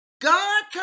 god